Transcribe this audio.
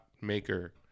maker